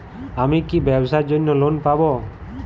আমি কি ব্যবসার জন্য লোন পাব?